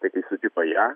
tai kai sutiko ją